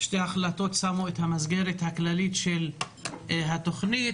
את המסגרת הכללית של התוכנית.